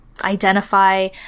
identify